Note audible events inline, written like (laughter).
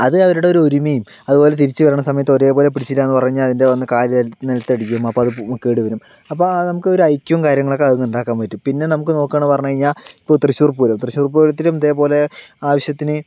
അത് അവരുടെ ഒരു ഒരുമയും അതുപോലെ തിരിച്ച് വരണ സമയത്ത് ഒരേപോലെ പിടിച്ചില്ലാന്ന് പറഞ്ഞ് അതിൻ്റെ വന്ന് കാല് നിലത്തടിക്കും അപ്പോൾ അത് (unintelligible) കേട് വരും അപ്പോൾ നമുക്കൊരു ഐക്യവും കാര്യങ്ങളൊക്കെ അതിൽനിന്ന് ഉണ്ടാക്കാൻ പറ്റും പിന്നെ നമുക്ക് നോക്കേണ്ടതെന്ന് പറഞ്ഞുകഴിഞ്ഞാൽ ഇപ്പോൾ തൃശൂർ പൂരം തൃശൂർ പൂരത്തിലും ഇതേപോലെ ആവശ്യത്തിന്